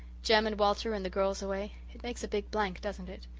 jem and walter and the girls away it makes a big blank, doesn't it?